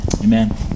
Amen